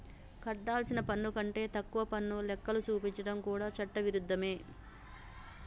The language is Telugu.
కట్టాల్సిన పన్ను కంటే తక్కువ పన్ను లెక్కలు చూపించడం కూడా చట్ట విరుద్ధమే